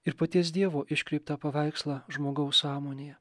ir paties dievo iškreiptą paveikslą žmogaus sąmonėje